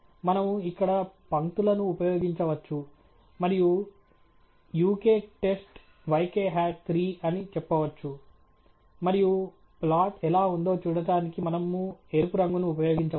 మనము ఇక్కడ పంక్తులను ఉపయోగించవచ్చు మరియు uk టెస్ట్ ykhat3 అని చెప్పవచ్చు మరియు ప్లాట్ ఎలా ఉందో చూడటానికి మనము ఎరుపు రంగును ఉపయోగించవచ్చు